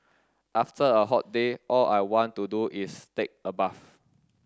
after a hot day all I want to do is take a bath